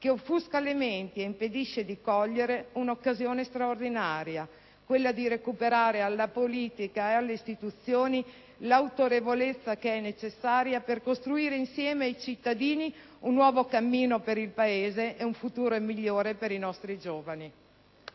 che offusca le menti ed impedisce di cogliere un'occasione straordinaria, quella di recuperare alla politica ed alle istituzioni l'autorevolezza necessaria per costruire insieme ai cittadini un nuovo cammino per il Paese ed un futuro migliore per i nostri giovani.